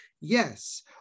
Yes